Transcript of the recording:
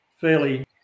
fairly